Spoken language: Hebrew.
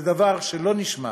זה דבר שלא נשמע